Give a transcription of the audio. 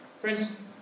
Friends